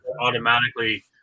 automatically